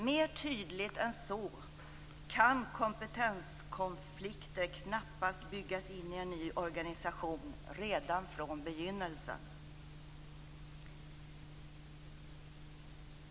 Mer tydligt än så kan kompetenskonflikter knappast byggas in i en ny organisation redan från begynnelsen.